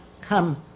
come